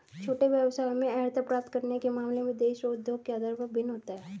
छोटे व्यवसायों में अर्हता प्राप्त करने के मामले में देश और उद्योग के आधार पर भिन्न होता है